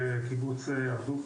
בקיבוץ הרדוף,